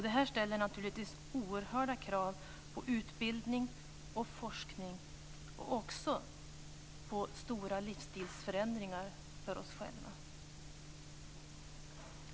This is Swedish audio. Det här ställer naturligtvis oerhörda krav på utbildning, forskning och stora livsstilsförändringar för oss själva.